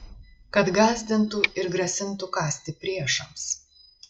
kad gąsdintų ir grasintų kąsti priešams